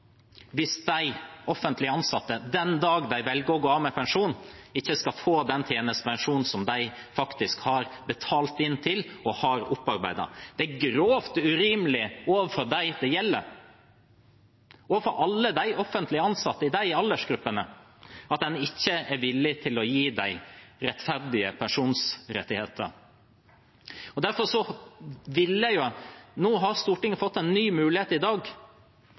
hvis de offentlig ansatte, den dag de velger å gå av med pensjon, ikke skal få den tjenestepensjonen de faktisk har betalt inn til og har opparbeidet seg. Det er grovt urimelig overfor dem det gjelder, og overfor alle de offentlig ansatte i de aldersgruppene, at en ikke er villig til å gi dem rettferdige pensjonsrettigheter. Nå har Stortinget fått en ny mulighet i dag.